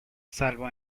salvo